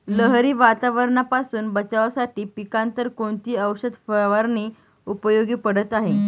लहरी वातावरणापासून बचावासाठी पिकांवर कोणती औषध फवारणी उपयोगी पडत आहे?